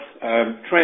trends